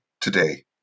today